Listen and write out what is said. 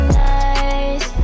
nice